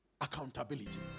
accountability